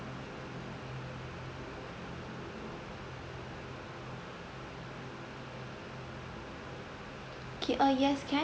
okay uh yes can I